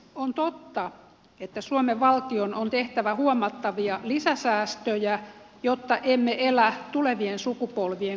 on totta että suomen valtion on tehtävä huomattavia lisäsäästöjä jotta emme elä tulevien sukupolvien kustannuksella